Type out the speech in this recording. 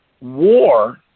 war